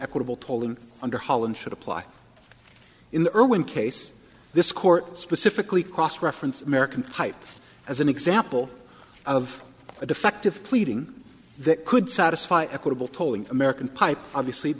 equitable tolling under holland should apply in the irwin case this court specifically cross reference american height as an example of a defective pleading that could satisfy equitable tolling american pipe obviously